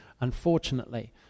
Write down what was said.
unfortunately